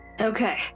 Okay